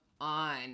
on